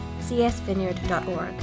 csvineyard.org